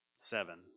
seven